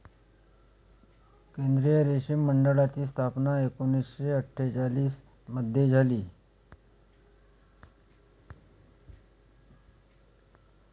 केंद्रीय रेशीम मंडळाची स्थापना एकूणशे अट्ठेचालिश मध्ये झाली